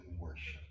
worship